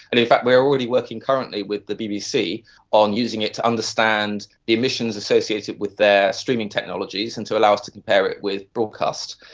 and in fact we are already working currently with the bbc on using it to understand the emissions associated with their streaming technologies and to allow us to compare it with broadcasts.